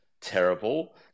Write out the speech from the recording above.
terrible